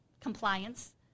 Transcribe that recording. compliance